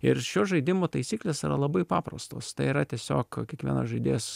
ir šio žaidimo taisyklės yra labai paprastos tai yra tiesiog kiekvienas žaidėjas